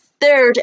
third